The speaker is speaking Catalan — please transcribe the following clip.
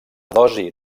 dosi